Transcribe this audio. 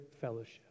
fellowship